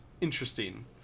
interesting